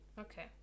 Okay